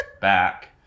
back